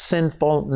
Sinful